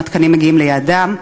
אם התקנים מגיעים ליעדם,